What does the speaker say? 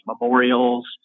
memorials